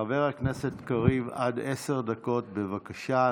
חבר הכנסת קריב, עד עשר דקות, בבקשה.